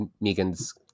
Megan's